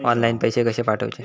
Online पैसे कशे पाठवचे?